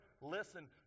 listen